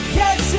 yes